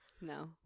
No